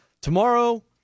tomorrow